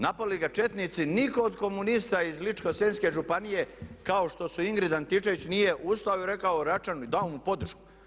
Napali ga četnici, nitko od komunista iz Ličko-senjske županije kao što su Ingrid Antičević nije ustao i rekao Račanu i dao mu podršku.